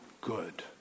good